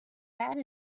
add